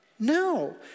No